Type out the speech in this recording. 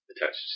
attached